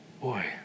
boy